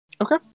Okay